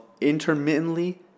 intermittently